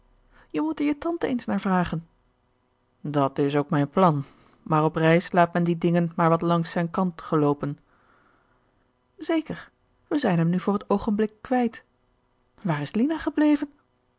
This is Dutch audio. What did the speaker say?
je moet er je tante eens naar vragen dat is ook mijn plan maar op reis laat men die dingen maar wat langs zijn kant loopen zeker wij zijn hem nu voor het oogenblik kwijt waar is lina gebleven